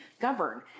govern